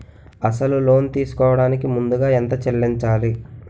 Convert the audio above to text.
అసలు లోన్ తీసుకోడానికి ముందుగా ఎంత చెల్లించాలి?